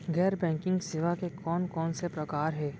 गैर बैंकिंग सेवा के कोन कोन से प्रकार हे?